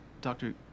Doctor